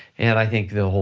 and i think